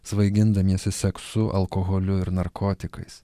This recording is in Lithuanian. svaigindamiesi seksu alkoholiu ir narkotikais